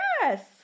yes